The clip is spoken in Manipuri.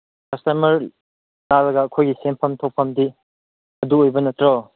ꯀꯁꯇꯃꯔ ꯂꯥꯛꯂꯒ ꯑꯩꯈꯣꯏꯒꯤ ꯁꯦꯝꯐꯝ ꯊꯣꯛꯐꯝꯗꯤ ꯑꯗꯨ ꯑꯣꯏꯕ ꯅꯠꯇ꯭ꯔꯣ